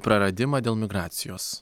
praradimą dėl migracijos